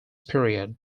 period